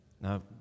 Now